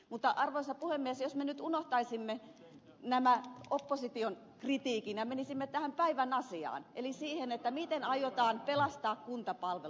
mutta arvoisa puhemies jos me nyt unohtaisimme tämän opposition kritiikin ja menisimme tähän päivän asiaan eli siihen miten aiotaan pelastaa kuntapalvelut